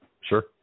sure